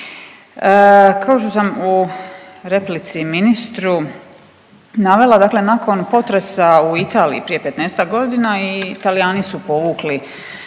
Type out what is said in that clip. Kao što sam u replici ministru navela, dakle nakon potresa u Italiji prije 15-ak godina i Talijani su povukli